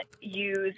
use